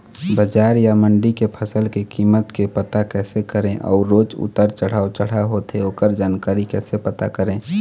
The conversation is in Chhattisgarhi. बजार या मंडी के फसल के कीमत के पता कैसे करें अऊ रोज उतर चढ़व चढ़व होथे ओकर जानकारी कैसे पता करें?